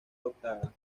adoptada